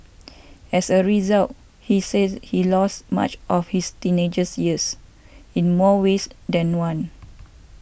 as a result he said he lost much of his teenagers years in more ways than one